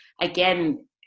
again